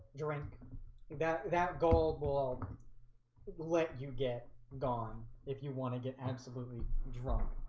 drink that that gold will let you get gone if you want to get absolutely drunk